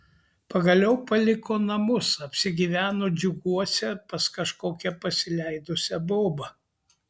pagaliau paliko namus apsigyveno džiuguose pas kažkokią pasileidusią bobą